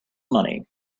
money